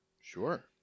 Sure